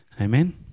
Amen